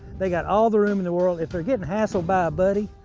they got all the room in the world. if they're getting hassled by a buddy,